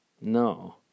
No